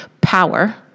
power